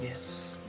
Yes